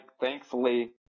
thankfully